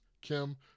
Kim